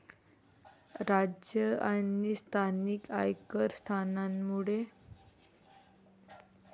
राज्य आणि स्थानिक आयकर स्थानानुसार बदलतात आणि भरले जातात